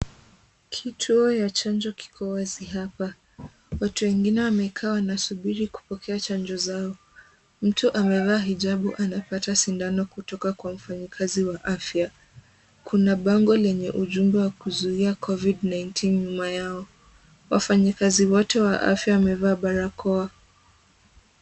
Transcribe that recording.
Kituo ya chanjo kiko wazi hapa. Watu wengine wamekaa wanasubiri kupokea chanjo zao. Mtu amevaa hijabu anapata sindano kutoka kwa mfanyakazi wa afya. Kuna bango lenye ujumbe wa kuzuia Covid-19 nyuma yao. Wafanyikazi wote wa afya wamevaa barakoa.